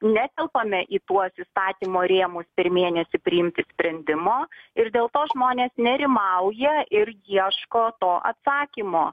netelpame į tuos įstatymo rėmus per mėnesį priimti sprendimo ir dėl to žmonės nerimauja ir ieško to atsakymo